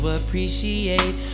appreciate